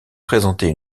présenter